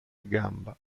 gamba